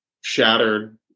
shattered